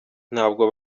ntabwo